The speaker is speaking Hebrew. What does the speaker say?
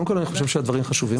קודם כל אני חושב שהדברים חשובים,